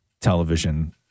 television